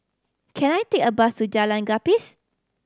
can I take a bus to Jalan Gapis